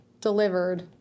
delivered